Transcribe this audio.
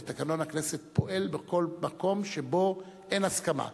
ותקנון הכנסת פועל בכל מקום שבו אין הסכמה.